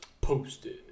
Posted